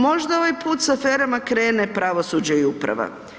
Možda ovaj put sa aferama krene pravosuđe i uprava.